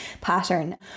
pattern